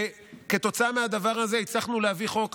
וכתוצאה מהדבר הזה הצלחנו להביא חוק.